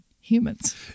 humans